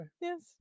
yes